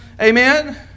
Amen